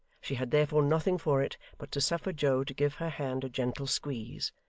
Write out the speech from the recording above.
she had therefore nothing for it but to suffer joe to give her hand a gentle squeeze,